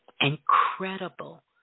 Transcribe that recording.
incredible